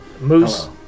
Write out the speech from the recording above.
Moose